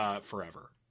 forever